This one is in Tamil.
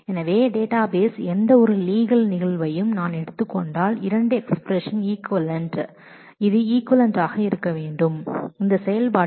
எனவே எந்த ஒரு டேட்டாபேஸ் லீகல் இன்ஸ்டன்ஸ் என்பதற்கு இரண்டு எக்ஸ்பிரஷன் ஈக்விவலெண்ட் என்று நான் எடுத்துக் கொண்டால் இது ஈக்விவலெண்ட் ஆக இருக்க வேண்டும் இந்த செயல்பாட்டில்